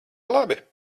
labi